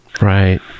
right